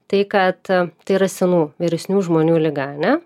tai kad tai yra senų vyresnių žmonių liga ar ne